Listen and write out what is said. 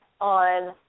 on